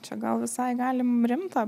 čia gal visai galim rimtą